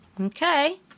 Okay